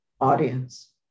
audience